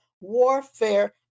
warfare